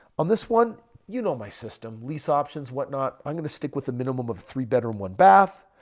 on this one you know my system lease options whatnot. i'm going to stick with a minimum of three bedroom, one bath.